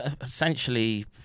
essentially